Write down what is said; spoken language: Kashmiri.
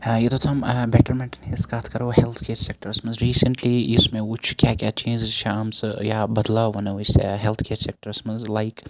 ہے ہوٚتَتھ تام بیٚٹَرمیٚنٹ ہٕنٛز کتھ کَرَو ہیٚلتھ کیر سیٚکٹَرَس مَنٛز ریٖسنٹلی یُس مےٚ وٕچھ کیاہ کیاہ چینٛجز چھِ آمژٕ یا بَدلاو وَنو أسۍ ہیٚلتھ کیر سیٚکٹَرَس مَنٛز لایِک